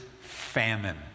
famine